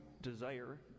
desire